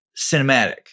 cinematic